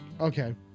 Okay